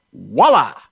voila